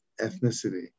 ethnicity